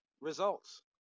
results